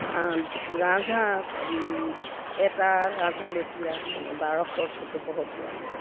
হাঁহ ৰাজহাঁহ এটা ৰাজহাঁহ বেচিলে এই বাৰশ চৈধ্যশ পোৱা যায়